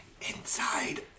Inside